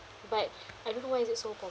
but I don't know why is it so pop~